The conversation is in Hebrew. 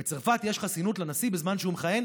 בצרפת יש חסינות לנשיא בזמן שהוא מכהן,